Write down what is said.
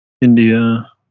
India